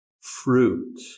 fruit